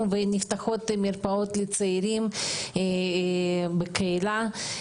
ונפתחות מרפאות לצעירים מחלימים בקהילה,